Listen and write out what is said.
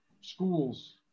schools